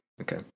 Okay